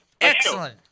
Excellent